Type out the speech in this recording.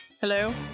Hello